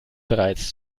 bereits